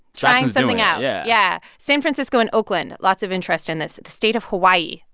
trying something out yeah yeah. san francisco and oakland, lots of interest in this. the state of hawaii,